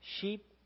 Sheep